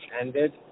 ended